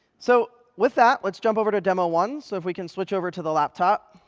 so with that, let's jump over to demo one so if we can switch over to the laptop.